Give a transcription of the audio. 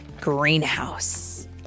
greenhouse